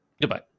goodbye